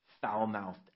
foul-mouthed